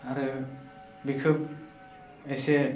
आरो बेखौ एसे